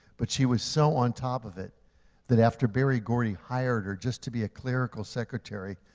but she was so on top of it that after berry gordy hired her just to be a clerical secretary,